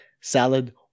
salad